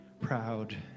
proud